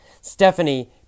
Stephanie